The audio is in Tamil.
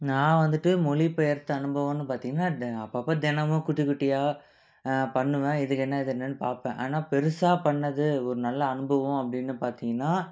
நான் வந்துவிட்டு மொழி பெயர்த்த அனுபவன்னு பார்த்திங்கன்னா தெ அப்பப்போ தினமும் குட்டி குட்டியாக பண்ணுவேன் இதுக்கு என்ன இது என்னன்னு பார்ப்பேன் ஆனால் பெருசாக பண்ணது ஒரு நல்ல அனுபவம் அப்படின்னு பார்த்திங்கன்னா